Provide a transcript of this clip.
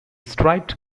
striped